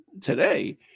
today